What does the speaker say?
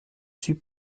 suis